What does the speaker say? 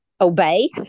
obey